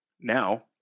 Now